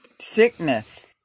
sickness